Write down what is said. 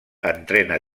entrena